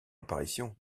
apparition